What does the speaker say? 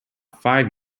five